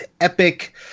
epic